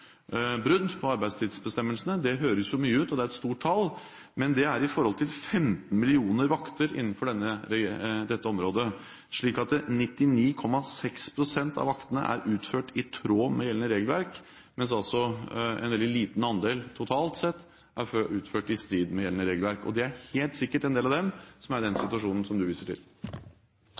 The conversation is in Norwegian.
brudd på arbeidstidsbestemmelsene. Det høres jo mye ut, og det er et stort tall, men det er i forhold til 15 millioner vakter innenfor dette området, slik at 99,6 pst. av vaktene er utført i tråd med gjeldende regelverk, mens altså en veldig liten andel totalt sett er utført i strid med gjeldende regelverk. Det er helt sikkert en del av dem som er i den situasjonen som du viser til.